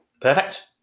perfect